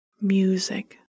Music